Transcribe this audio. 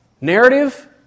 Narrative